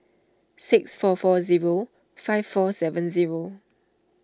six four four zero five four seven zero